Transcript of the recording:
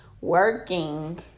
working